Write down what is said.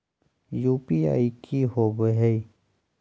UPI की होवे है?